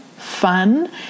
fun